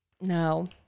No